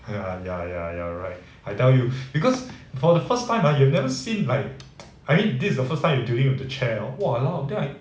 ya ya ya you're right I tell you because for the first time ah you have never seen like I mean this is the first time you doing the chair hor !walao! then I